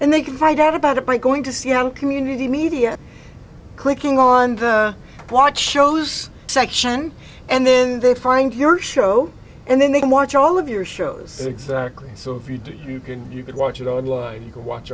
and they can find out about it by going to see how community media clicking on the watch shows section and then they find your show and then they can watch all of your shows exactly so if you do you can you can watch it online you can watch